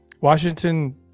Washington